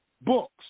books